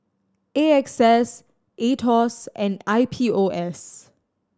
A X S Aetos and I P O S